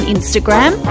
Instagram